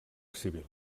civil